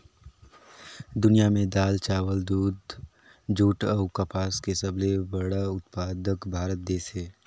दुनिया में दाल, चावल, दूध, जूट अऊ कपास के सबले बड़ा उत्पादक भारत देश हे